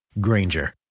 Granger